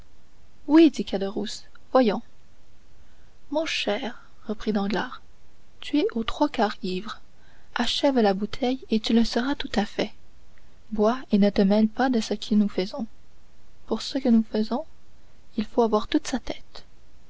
mais oui dit caderousse voyons mon cher reprit danglars tu es aux trois quarts ivres achève la bouteille et tu le seras tout à fait bois et ne te mêle pas de ce que nous faisons pour ce que nous faisons il faut avoir toute sa tête